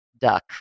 duck